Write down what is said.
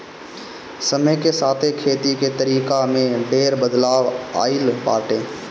समय के साथे खेती के तरीका में ढेर बदलाव आइल बाटे